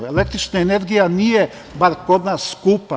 Električna energija, bar kod nas nije skupa.